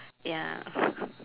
ya